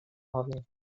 mòbil